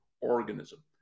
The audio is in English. organism